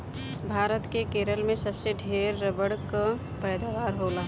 भारत के केरल में सबसे ढेर रबड़ कअ पैदावार होला